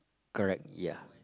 correct ya